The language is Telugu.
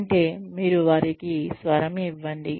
అంటే మీరు వారికి స్వరం ఇవ్వండి